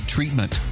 Treatment